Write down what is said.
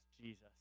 Jesus